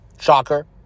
Shocker